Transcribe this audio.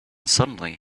suddenly